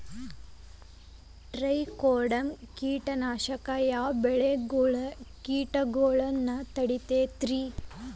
Trichoderma ಕೇಟನಾಶಕ ಯಾವ ಬೆಳಿಗೊಳ ಕೇಟಗೊಳ್ನ ತಡಿತೇತಿರಿ?